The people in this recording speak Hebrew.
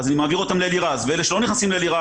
אני מעביר אותם ל"אלירז" ואלה שלא נכנסים ל"אלירז",